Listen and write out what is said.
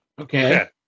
Okay